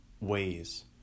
ways